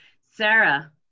Sarah